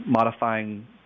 modifying